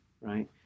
Right